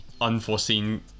unforeseen